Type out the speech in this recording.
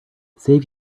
save